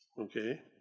Okay